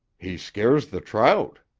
he scares the trout.